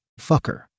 Fucker